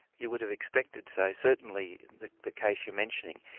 you would have expected so, certainly the the case you're mentioning,